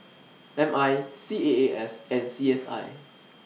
M I C A A S and C S I